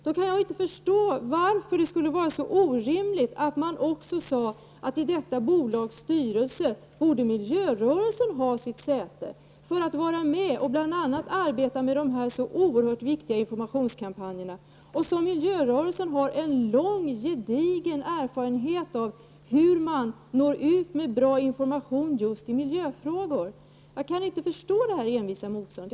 Då kan jag inte förstå varför det skulle vara så orimligt att även miljörörelsen hade säte i detta bolags styrelse för att kunna vara med och arbeta med dessa oerhört viktiga informationskampanjer. Miljörörelsen har en lång och gedigen erfarenhet av hur man når ut med bra information just i miljöfrågor. Jag kan inte förstå det här envisa motståndet.